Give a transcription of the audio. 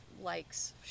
likes